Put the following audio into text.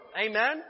Amen